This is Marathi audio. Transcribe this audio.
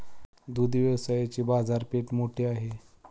दुग्ध व्यवसायाची बाजारपेठ मोठी आहे